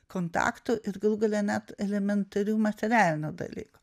kontaktų ir galų gale net elementarių materialinių dalykų